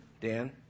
Dan